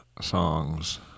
songs